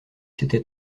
c’était